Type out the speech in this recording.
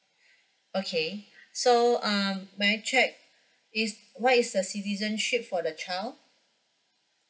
okay so um may I check is what is the citizenship for the child